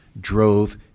drove